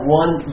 one